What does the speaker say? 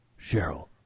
Cheryl